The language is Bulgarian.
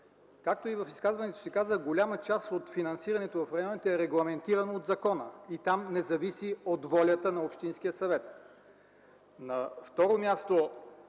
Както и в изказването казах, голяма част от финансирането в районите е регламентирано от закона и то не зависи от волята на общинския съвет.